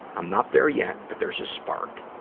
i'm not there yet, but there's a spark.